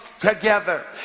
together